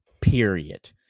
period